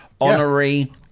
Honorary